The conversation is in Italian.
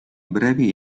brevi